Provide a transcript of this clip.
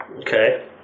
Okay